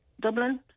Dublin